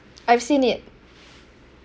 I've seen it